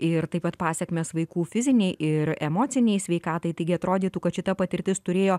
ir taip pat pasekmes vaikų fizinei ir emocinei sveikatai taigi atrodytų kad šita patirtis turėjo